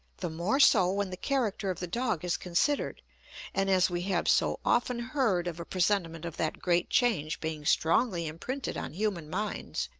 the more so when the character of the dog is considered and as we have so often heard of a presentiment of that great change being strongly imprinted on human minds,